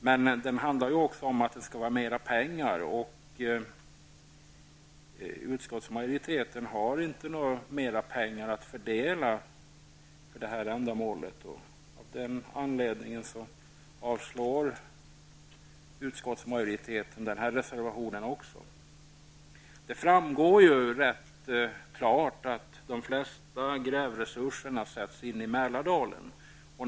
Men det handlar också om mera pengar, och utskottsmajoriteten har inte några mer pengar att fördela för ändamålet. Av den anledningen avstyrker utskottsmajoriteten miljöpartiets reservation. Det framgår klart att de flesta grävresurserna sätts in i Mälardalen.